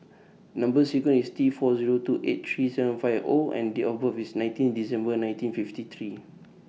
Number sequence IS T four Zero two eight three seven five O and Date of birth IS nineteen December nineteen fifty three